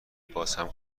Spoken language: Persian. بازهم